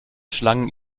schlangen